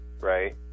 Right